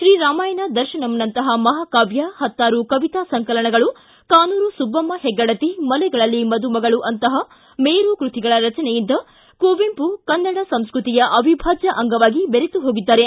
ಶ್ರೀ ರಾಮಾಯಣ ದರ್ಶನಂನಂತಹ ಮಹಾಕಾವ್ಯ ಹತ್ತಾರು ಕವಿತಾ ಸಂಕಲನಗಳು ಕಾನೂರು ಸುಬ್ಬಮ್ಮ ಹೆಗ್ಗಡತಿ ಮಲೆಗಳಲ್ಲಿ ಮದುಮಗಳು ಅಂತಹ ಮೇರು ಕೃತಿಗಳ ರಚನೆಯಿಂದ ಕುವೆಂಪು ಕನ್ನಡ ಸಂಸ್ಮತಿಯ ಅವಿಭಾಜ್ಯ ಅಂಗವಾಗಿ ದೇರೆತು ಹೋಗಿದ್ದಾರೆ